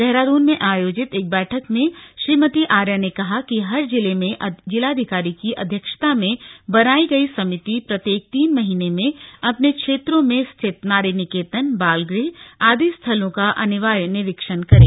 देहराद्रन में आयोजित एक बैठक में श्रीमती आर्या ने कहा कि हर जिले में जिलाधिकारी की अध्यक्षता में बनायी गई समिति प्रत्येक तीन महीने में अपने क्षेत्रों में स्थित नारी निकेतन बाल गृह आदि स्थलों का अनिवार्य निरीक्षण करें